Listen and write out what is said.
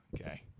Okay